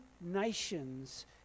nations